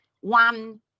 one